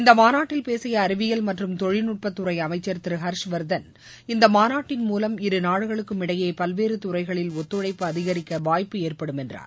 இந்த மாநாட்டில் பேசிய அறிவியல் மற்றும் தொழில்நுட்பத்துறை அமைச்சர் திரு ஹர்ஷ்வர்தன் இந்த மாநாட்டின் மூலம் இரு நாடுகளுக்கும் இடையே பல்வேறு துறைகளில் ஒத்துழைப்பு அதிகரிக்க வாய்ப்பு ஏற்படும் என்றார்